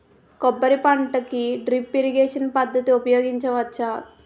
కొబ్బరి పంట కి డ్రిప్ ఇరిగేషన్ పద్ధతి ఉపయగించవచ్చా?